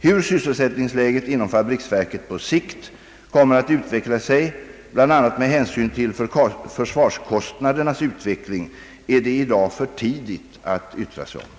Hur sysselsättningsläget inom fabriksverket på sikt kommer att utveckla sig bl.a. med hänsyn till försvarskostnadernas utveckling är det i dag för tidigt att yttra sig om.